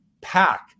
pack